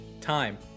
Time